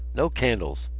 no candles!